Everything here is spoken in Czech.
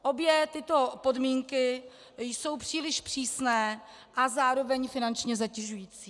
Obě tyto podmínky jsou příliš přísné a zároveň finančně zatěžující.